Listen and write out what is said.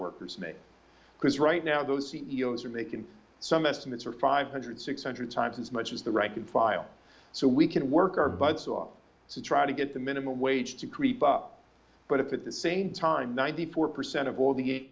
workers make because right now those c e o s are making some estimates are five hundred six hundred times as much as the rank and file so we can work our butts off to try to get the minimum wage to creep up but if at the same time ninety four percent of all the eight